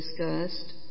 discussed